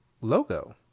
logo